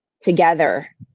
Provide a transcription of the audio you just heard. together